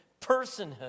personhood